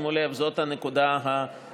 שימו לב, זאת הנקודה המרכזית.